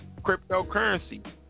cryptocurrency